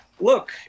look